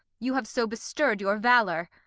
you have so bestir'd your valour.